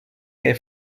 kaj